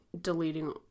deleting